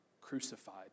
crucified